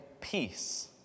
peace